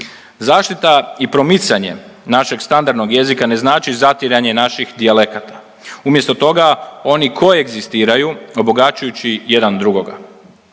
Zaštita i promicanje našeg standardnog jezika ne znači zatiranje naših dijalekata. Umjesto toga, oni koegzistiraju, obogaćujući jedan drugoga.